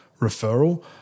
referral